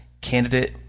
candidate